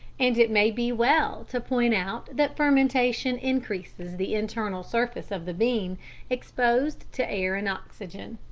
and it may be well to point out that fermentation increases the internal surface of the bean exposed to air and oxygen.